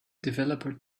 developer